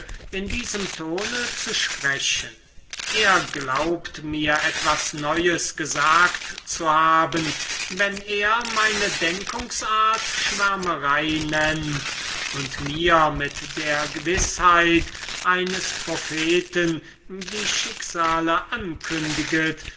in diesem ton zu sprechen du glaubst mir etwas neues gesagt zu haben wenn du meine denkungsart schwärmerei nennst und mir mit der gewißheit eines propheten die schicksale ankündigest